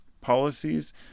policies